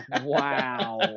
Wow